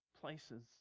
places